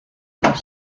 through